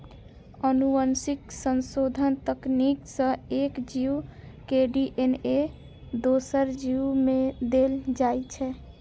आनुवंशिक संशोधन तकनीक सं एक जीव के डी.एन.ए दोसर जीव मे देल जाइ छै